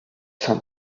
some